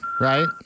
right